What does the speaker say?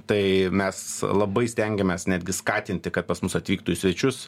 tai mes labai stengiamės netgi skatinti kad pas mus atvyktų į svečius